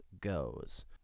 goes